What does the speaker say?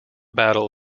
battle